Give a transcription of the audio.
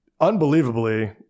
unbelievably –